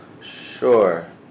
Sure